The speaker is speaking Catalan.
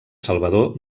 salvador